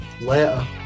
later